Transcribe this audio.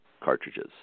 cartridges